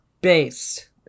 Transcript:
Base